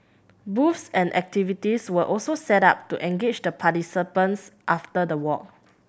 booths and activities were also set up to engage the participants after the walk